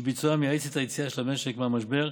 שביצועם יאיץ את היציאה של המשק מהמשבר,